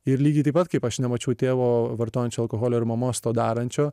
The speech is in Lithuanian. ir lygiai taip pat kaip aš nemačiau tėvo vartojančio alkoholio ir mamos to darančio